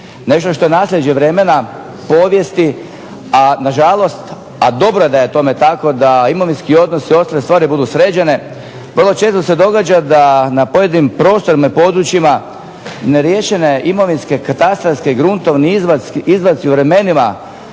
Nešto što je naslijeđe vremena, povijesti, a nažalost, a dobro da je tome tako da imovinski odnos i ovakve stvari budu sređene. Vrlo često se događa da na pojedinim prostranim područjima neriješeni imovinski katastarski gruntovni izvadci u vremenima